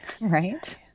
right